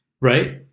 right